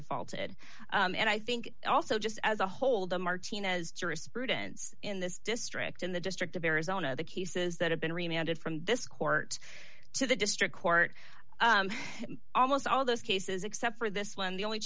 defaulted and i think also just as a whole the martinez jurisprudence in this district in the district of arizona the cases that have been reminded from this court to the district court almost all of those cases except for this one the only